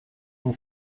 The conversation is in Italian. who